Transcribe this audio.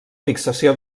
fixació